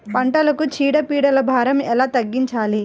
పంటలకు చీడ పీడల భారం ఎలా తగ్గించాలి?